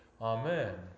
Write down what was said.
amen